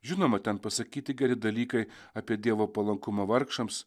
žinoma ten pasakyti geri dalykai apie dievo palankumą vargšams